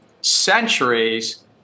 centuries